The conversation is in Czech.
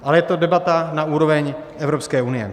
Ale je to debata na úroveň Evropské unie.